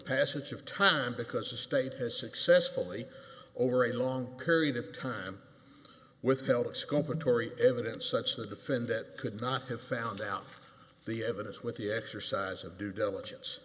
passage of time because the state has successfully over a long period of time withheld exculpatory evidence such the defendant could not have found out the evidence with the exercise of due diligence